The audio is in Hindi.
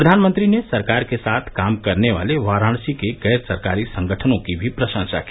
प्रधानमंत्री ने सरकार के साथ काम करने वाले वाराणसी के गैर सरकारी संगठनों की भी प्रशंसा की